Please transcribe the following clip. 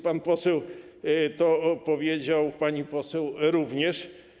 Pan poseł to powiedział, pani poseł również.